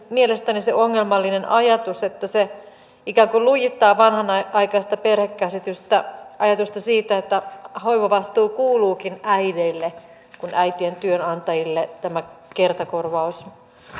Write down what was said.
mielestäni se ongelmallinen ajatus että se ikään kuin lujittaa vanhanaikaista perhekäsitystä ajatusta siitä että hoivavastuu kuuluukin äideille kun äitien työnantajille tämä kertakorvaus